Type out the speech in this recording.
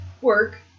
work